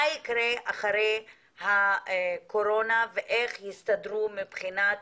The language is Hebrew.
מה יקרה אחרי הקורונה ואיך יסתדרו מבחינת